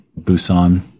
Busan